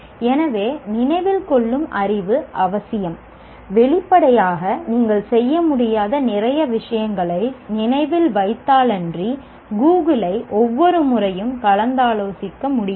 எனவே நினைவில் கொள்ளும் அறிவு அவசியம் வெளிப்படையாக நீங்கள் செய்ய முடியாத நிறைய விஷயங்களை நினைவில் வைத்தாலன்றி கூகிளை ஒவ்வொரு முறையும் கலந்தாலோசிக்க முடியாது